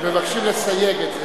מבקשים לסייג את זה.